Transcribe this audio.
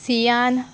सियान